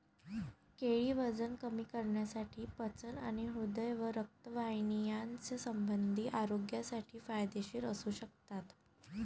केळी वजन कमी करण्यासाठी, पचन आणि हृदय व रक्तवाहिन्यासंबंधी आरोग्यासाठी फायदेशीर असू शकतात